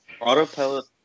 autopilot